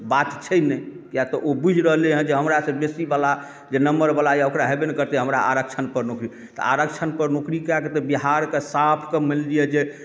बात छै नहि किआ तऽ ओ बुझि रहलैया जे हमरा से बेसी बला जे नंबर बला यऽ ओकरा होयबै नहि करतै हमरा आरक्षण पर नौकरी तऽ आरक्षण पर नौकरी कएके बिहारके साफके मानि लिअ जे